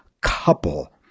couple